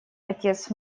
отец